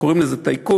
קוראים לזה טייקון,